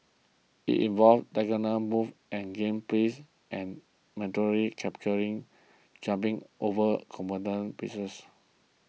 it involves diagonal moves of game pieces and mandatory by jumping over opponent pieces